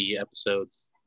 episodes